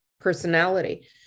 personality